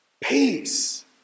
peace